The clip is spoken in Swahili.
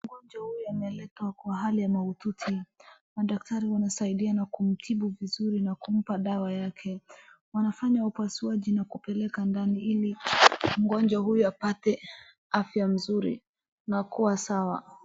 Mgonjwa huyu ameletwa kwa hali ya mahututi. Madaktari wanasaidiana kumtibu vizuri na kumpa dawa yake. Wanafanya upasuaji na kumpeleka ndani ili mgonjwa huyu apate afya mzuri na kuwa sawa.